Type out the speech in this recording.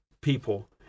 people